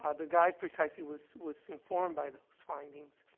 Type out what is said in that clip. ah the guide precisely was was informed by those findings.